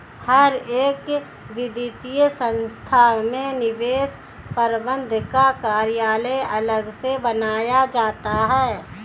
हर एक वित्तीय संस्था में निवेश प्रबन्धन का कार्यालय अलग से बनाया जाता है